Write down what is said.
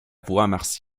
voie